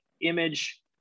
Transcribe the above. image